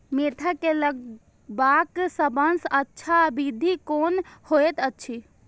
Mentha के लगवाक सबसँ अच्छा विधि कोन होयत अछि?